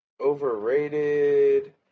Overrated